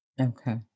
Okay